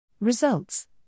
Results